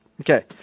okay